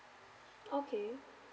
okay